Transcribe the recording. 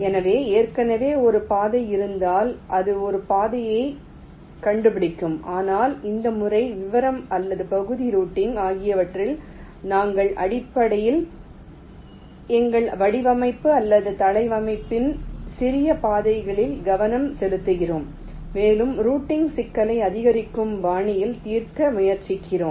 எனவே ஏற்கனவே ஒரு பாதை இருந்தால் அது ஒரு பாதையைக் கண்டுபிடிக்கும் ஆனால் இந்த முறை விவரம் அல்லது பகுதி ரூட்டிங் ஆகியவற்றில் நாங்கள் அடிப்படையில் எங்கள் வடிவமைப்பு அல்லது தளவமைப்பின் சிறிய பாதைகளில் கவனம் செலுத்துகிறோம் மேலும் ரூட்டிங் சிக்கலை அதிகரிக்கும் பாணியில் தீர்க்க முயற்சிக்கிறீர்கள்